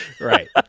Right